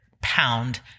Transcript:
pound